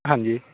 ਹਾਂਜੀ